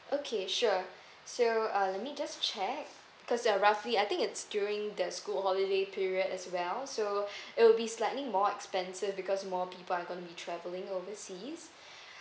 okay sure so uh let me just check cause you're roughly I think it's during the school holiday period as well so it will be slightly more expensive because more people are going to be travelling overseas